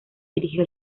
dirigió